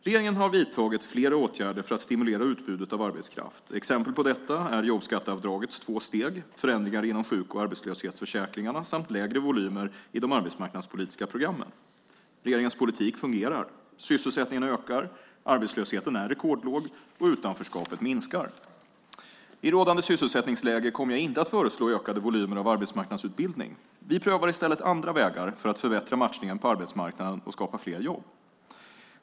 Regeringen har vidtagit flera åtgärder för att stimulera utbudet av arbetskraft. Exempel på detta är jobbskatteavdragets två steg, förändringar inom sjuk och arbetslöshetsförsäkringarna samt lägre volymer i de arbetsmarknadspolitiska programmen. Regeringens politik fungerar; sysselsättningen ökar, arbetslösheten är rekordlåg, och utanförskapet minskar. I rådande sysselsättningsläge kommer jag inte att föreslå ökade volymer av arbetsmarknadsutbildning. Vi prövar i stället andra vägar för att förbättra matchningen på arbetsmarknaden och skapa fler jobb.